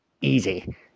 Easy